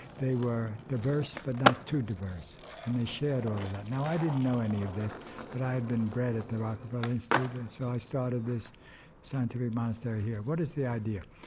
they were diverse but not too diverse and they shared all of that. now i didn't know any of this but i had been bred at the rockefeller institute and so i started this scientific study here. what is the idea?